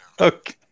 okay